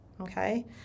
Okay